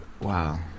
Wow